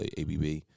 ABB